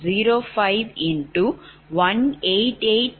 00008X 185